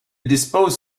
dispose